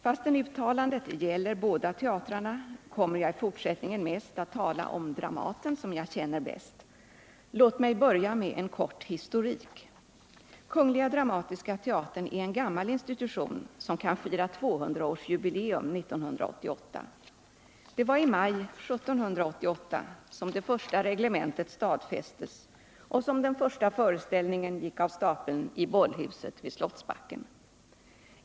Fastän uttalandet gäller båda teatrarna kommer jag i fortsättningen att tala mest om Dramaten, som jag känner bäst. Låt mig börja med en kort historik. Kungliga dramatiska teatern är en gammal institution, som kan fira 200-årsjubileum 1988. Det var i maj 1788 som det första reglementet stadfästes och som den första föreställningen gick av stapeln i Bollhuset vid Slottsbacken.